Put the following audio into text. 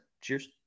Cheers